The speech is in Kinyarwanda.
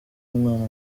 umwana